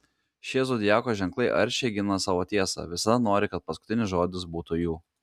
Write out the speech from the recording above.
šie zodiako ženklai aršiai gina savo tiesą visada nori kad paskutinis žodis būtų jų